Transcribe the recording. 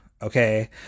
Okay